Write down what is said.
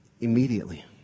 immediately